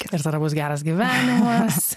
ir tada bus geras gyvenimas